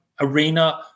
arena